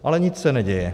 Ale nic se neděje.